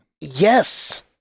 Yes